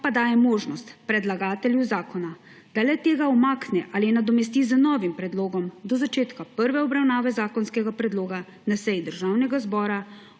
pa daje možnost predlagatelju zakona, da le-tega umakne ali nadomesti z novim predlogom do začetka prve obravnave zakonskega predloga na seji Državnega zbora